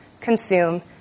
consume